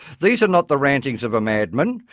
these are not the rantings of a madman.